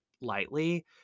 lightly